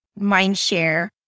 mindshare